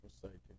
forsaken